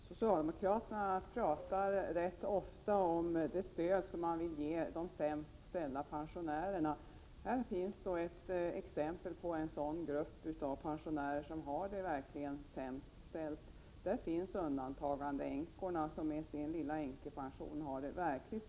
Herr talman! Socialdemokraterna pratar rätt ofta om det stöd man vill ge de sämst ställda pensionärerna. Här finns ett exempel på en grupp pensionärer som verkligen har det dåligt ställt. Änkor efter män som begärt undantagande från ATP har det verkligen besvärligt. De har bara en liten änkepension.